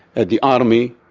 and the army.